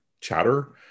chatter